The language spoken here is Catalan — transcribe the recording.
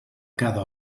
cada